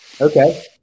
okay